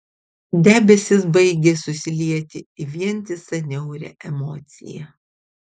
debesys baigė susilieti į vientisą niaurią emociją